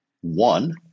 one